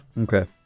Okay